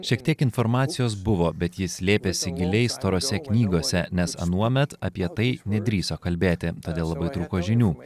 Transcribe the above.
šiek tiek informacijos buvo bet ji slėpėsi giliai storose knygose nes anuomet apie tai nedrįso kalbėti todėl labai trūko žinių